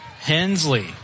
Hensley